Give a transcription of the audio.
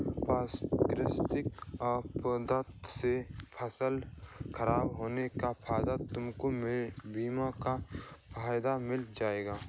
प्राकृतिक आपदा से फसल खराब होने के बाद तुमको बीमा का फायदा मिल जाएगा